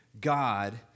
God